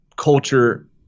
culture